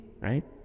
right